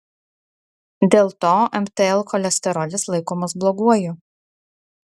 dėl to mtl cholesterolis laikomas bloguoju